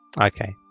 Okay